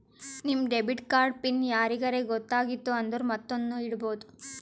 ನಿಮ್ debit card PIN ಯಾರಿಗರೇ ಗೊತ್ತಾಗಿತ್ತು ಅಂದುರ್ ಮತ್ತೊಂದ್ನು ಇಡ್ಬೋದು